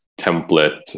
template